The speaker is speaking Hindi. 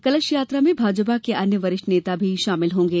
कलश यात्रा में भाजपा के अन्य वरिष्ठ नेता भी शामिल होंगे